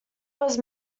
was